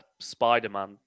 Spider-Man